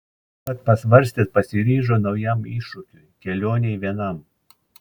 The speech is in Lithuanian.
tad pasvarstęs pasiryžo naujam iššūkiui kelionei vienam